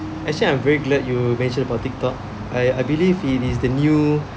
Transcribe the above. actually I'm very glad you mentioned about tik tok I I believe it is the new